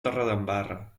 torredembarra